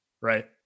right